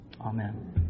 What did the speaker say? Amen